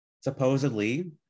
supposedly